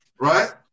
right